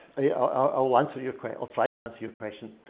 i'll i'll answer your i'll try to answer your question.